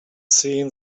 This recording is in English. seen